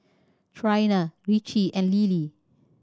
Trina Ricci and Lilie